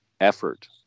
effort